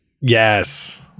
Yes